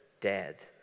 dead